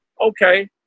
okay